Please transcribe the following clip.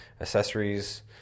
accessories